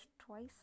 twice